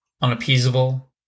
unappeasable